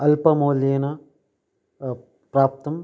अल्पमौल्येन प्राप्तम्